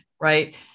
right